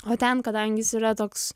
o ten kadangi jis yra toks